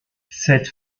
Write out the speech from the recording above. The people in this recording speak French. cette